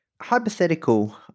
hypothetical